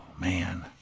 man